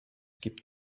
gibt